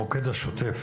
זה המוקד השוטף.